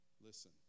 Listen